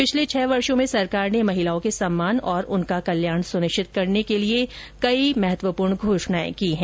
पिछले छह वर्षो में सरकार ने महिलाओं के सम्मान और उनका कल्याण सुनिश्चित करने की कई अत्यंत महत्वपूर्ण घोषणाएं की है